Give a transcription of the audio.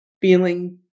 feeling